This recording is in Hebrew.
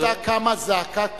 היתה קמה זעקה,